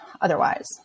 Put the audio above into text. otherwise